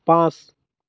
পাঁচ